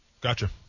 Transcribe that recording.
Gotcha